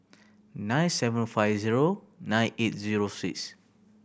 nine seven five zero nine eight zero six